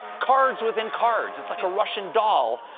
cards within cards! it's like a russian doll